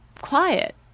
quiet